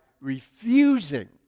refusing